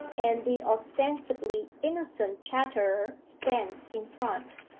and the ostensibly innocent chatterer stands in front,